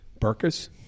burkas